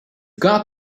got